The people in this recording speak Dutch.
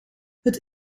het